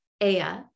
Aya